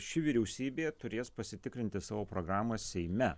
ši vyriausybė turės pasitikrinti savo pragramą seime